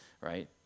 right